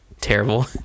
Terrible